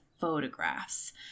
photographs